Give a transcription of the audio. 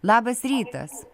labas rytas